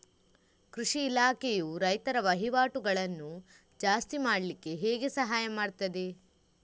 ಕೃಷಿ ಇಲಾಖೆಯು ರೈತರ ವಹಿವಾಟುಗಳನ್ನು ಜಾಸ್ತಿ ಮಾಡ್ಲಿಕ್ಕೆ ಹೇಗೆ ಸಹಾಯ ಮಾಡ್ತದೆ?